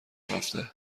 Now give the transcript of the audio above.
رفته